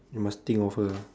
you must think of her ah